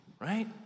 Right